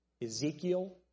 Ezekiel